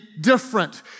different